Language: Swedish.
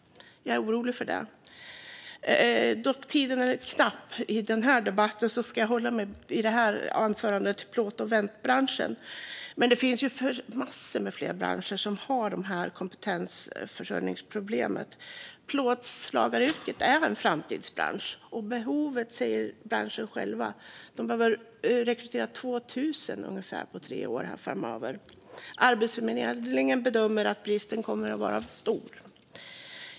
Jag är orolig när det gäller detta. Då tiden är knapp i debatten ska jag i detta anförande hålla mig till plåt och ventilationsbranschen, men det finns även massor av andra branscher som har dessa kompetensförsörjningsproblem. Plåtslagaryrket är en framtidsbransch. Branschen själv säger att de behöver rekrytera ungefär 2 000 inom tre år. Arbetsförmedlingen bedömer att bristen kommer att vara stor.